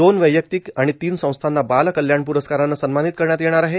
दोन वैयक्तिक आणि तीन संस्थांना बाल कल्याण प्रस्कारानं सन्मानित करण्यात येणार आहे